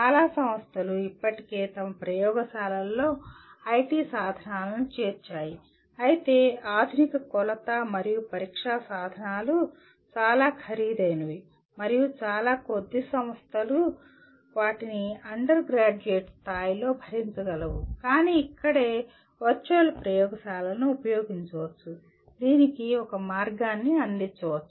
చాలా సంస్థలు ఇప్పటికే తమ ప్రయోగశాలలలో ఐటి సాధనాలను చేర్చాయి అయితే ఆధునిక కొలత మరియు పరీక్షా సాధనాలు చాలా ఖరీదైనవి మరియు చాలా కొద్ది సంస్థలు వాటిని అండర్గ్రాడ్యుయేట్ స్థాయిలో భరించగలవు కాని ఇక్కడే వర్చువల్ ప్రయోగశాలలను ఉపయోగించవచ్చు దీనికి ఒక మార్గాన్ని అందించవచ్చు